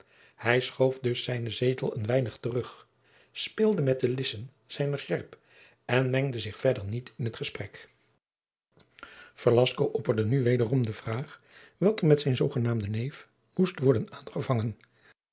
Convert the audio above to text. hij schoof dus zijnen zetel een weinig terug speelde met de lissen zijner sjerp en mengde zich verder niet in t gesprek velasco opperde nu wederom de vraag wat er met zijn zoogenaamden neef moest worden aangevangen